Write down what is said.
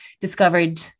discovered